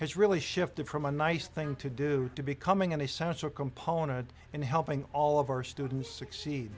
has really shifted from a nice thing to do to becoming a social component in helping all of our students succeed